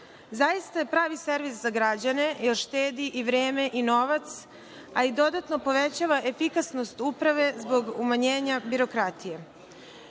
zaista pravi servis za građane, jer štedi i vreme i novac, a i dodatno povećava efikasnost uprave zbog umanjenja birokratije. Još